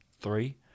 three